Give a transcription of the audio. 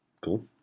Cool